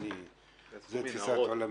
זה תפיסת עולמי.